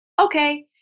okay